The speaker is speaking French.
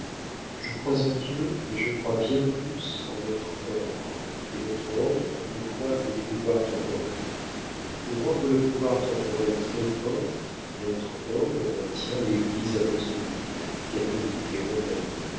je crois en dieu mais je crois bien plus en notre ordre et notre ordre ne croit qu'au pouvoir temporel pour rendre le pouvoir temporel très-fort notre ordre maintient l'église apostolique catholique et romaine